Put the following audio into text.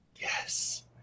Yes